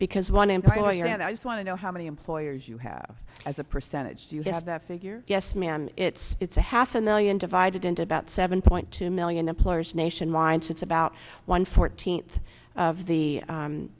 because one employer and i just want to know how many employers you have as a percentage do you have that figure yes ma'am it's it's a half a million divided into about seven point two million employers nationwide since about one fourteenth of the